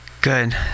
Good